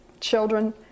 children